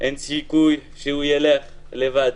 אין סיכוי שהוא ילך לבד,